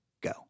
go